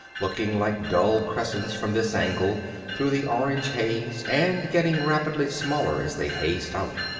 looking like dull crescents from this angle through the orange haze and getting rapidly smaller as they hazed out.